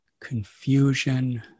Confusion